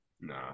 Nah